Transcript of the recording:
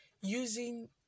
using